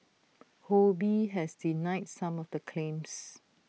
ho bee has denied some of the claims